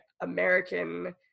American